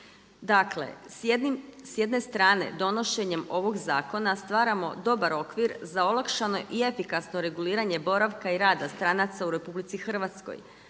Dakle, s jedne strane donošenjem ovog zakona stvaramo dobar okvir za olakšano i efikasno reguliranje boravka i rada stranaca u RH, a s